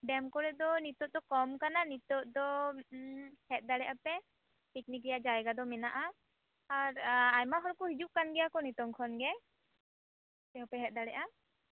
dam ᱠᱚᱨᱮ ᱫᱚ ᱱᱤᱛᱳᱜ ᱫᱚ ᱠᱚᱢ ᱟᱠᱟᱱᱟ ᱱᱤᱛᱚ ᱫᱚ ᱩᱸ ᱦᱮᱡ ᱫᱟᱲᱮᱭᱟᱯᱮ ᱯᱤᱠᱱᱤᱠ ᱨᱮᱭᱟ ᱡᱟᱭᱜᱟ ᱫᱚ ᱢᱮᱱᱟᱜᱼᱟ ᱟᱨ ᱟ ᱟᱭᱢᱟ ᱦᱚᱲᱠᱚ ᱦᱤᱡᱩᱜ ᱠᱟᱱ ᱜᱮᱭᱟ ᱠᱚ ᱱᱤᱛᱚᱝ ᱠᱷᱚᱱᱜᱮ ᱥᱮ ᱟᱯᱮ ᱦᱚᱸ ᱯᱮ ᱦᱮᱡᱽ ᱫᱟᱲᱮᱭᱟᱜᱼᱟ